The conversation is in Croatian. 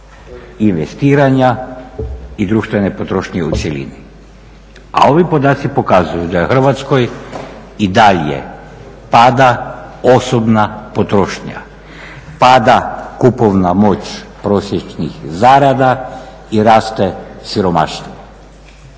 investiranja i društvene potrošnje u cjelini. A ovi podaci pokazuju da Hrvatskoj i dalje pada osobna potrošnja, pada kupovna moć prosječnih zarada i raste siromaštvo.